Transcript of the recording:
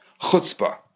chutzpah